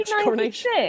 coronation